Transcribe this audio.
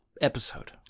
episode